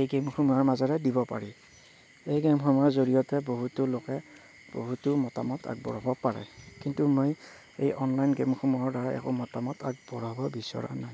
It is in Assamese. এই গেমসমূহৰ মাজেৰে দিব পাৰি এই গেমসমূহৰ জৰিয়তে বহুতো লোকে বহুতো মতামত আগবঢ়াব পাৰে কিন্তু মই এই অনলাইন গেমসমূহৰ দ্বাৰা একো মতামত আগবঢ়াব বিচৰা নাই